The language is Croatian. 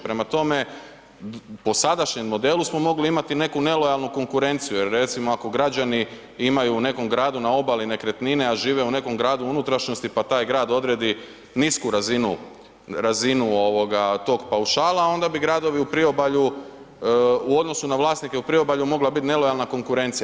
Prema tome, po sadašnjem modelu smo mogli imati neku nelojalnu konkurenciju jer recimo ako građani imaj u nekom gradu na obali nekretnine, a žive u nekom gradu u unutrašnjosti pa taj grad odredi nisku razinu tog paušala, onda bi gradovi u priobalju u odnosu na vlasnike u priobalju mogla biti nelojalna konkurencija.